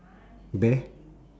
bear